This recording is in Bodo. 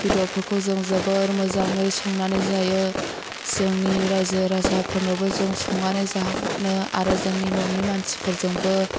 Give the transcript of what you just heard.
बेदरफोरखौ जों जोबोर मोजाङै संनानै जायो जोंनि रायजो राजाफोरनोबो जों संनानै जाहोहरो आरो जोंनि ननि मानसिफोरजोंबो